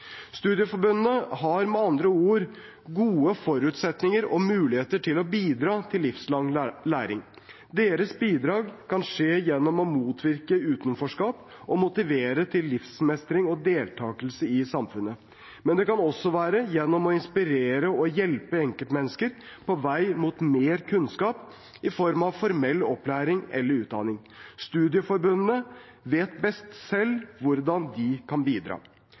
Studieforbundene har med andre ord gode forutsetninger og muligheter til å bidra til livslang læring. Deres bidrag kan skje gjennom å motvirke utenforskap og motivere til livsmestring og deltakelse i samfunnet, men det kan også være gjennom å inspirere og hjelpe enkeltmennesker på vei mot mer kunnskap i form av formell opplæring eller utdanning. Studieforbundene vet best selv hvordan de kan bidra.